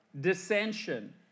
dissension